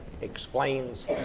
explains